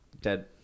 Dead